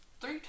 three